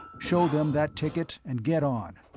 show them that ticket, and get on.